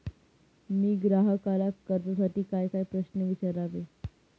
मी ग्राहकाला कर्जासाठी कायकाय प्रश्न विचारावे?